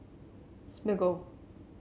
Smiggle